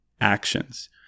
Actions